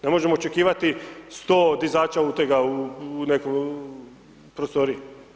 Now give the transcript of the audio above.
Ne možemo očekivati 100 dizača utega u nekoj prostoriji.